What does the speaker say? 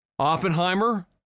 Oppenheimer